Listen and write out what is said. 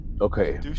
Okay